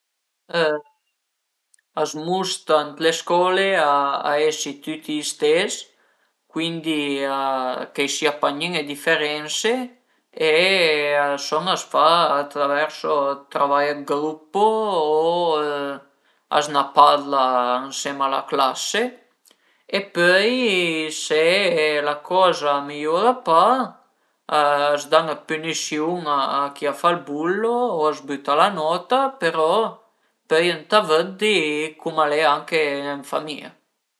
A s'musta ën le scole a esi tüti i stes, cuindi a che a i sia pa gnüne diferense e so a s'fa atraverso dë travai dë gruppo o a s'ën parla ënsema a la classe e pöi se la coza a mi-iura pa, a s'da dë pünisiun a chi a fa ël bullo o a s'büta la nota, però pöi ëntà vëddi cum al e anche ën famìa